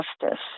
justice